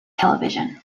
television